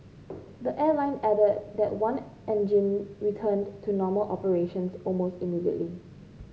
the airline added that one engine returned to normal operations almost immediately